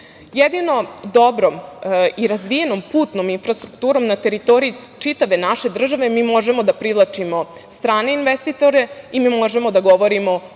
dobrom i razvijenom putnom infrastrukturom na teritoriji čitave naše države mi možemo da privlačimo strane investitore i mi možemo da govorimo o